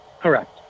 Correct